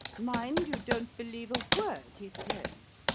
mind you don't believe a word he says.